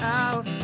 out